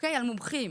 על מומחים,